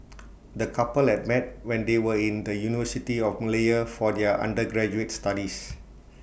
the couple had met when they were in the university of Malaya for their undergraduate studies